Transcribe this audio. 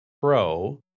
pro